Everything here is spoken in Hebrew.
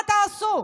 מה תעשו?